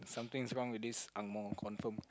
something's wrong with this angmoh confirm